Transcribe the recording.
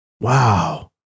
Wow